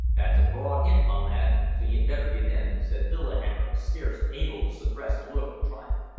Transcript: that's a broad hint, my lad, so you'd better give in, said lillihammer, scarce able to suppress a look of triumph.